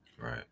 Right